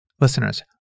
Listeners